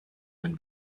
man